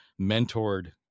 mentored